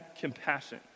compassion